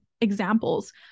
examples